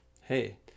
hey